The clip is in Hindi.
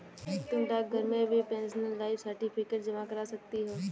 तुम डाकघर में भी पेंशनर लाइफ सर्टिफिकेट जमा करा सकती हो